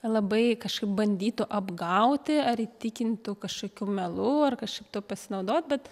labai kažkaip bandytų apgauti ar įtikintų kažkokiu melu ar kažkaip tuo pasinaudot bet